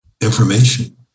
information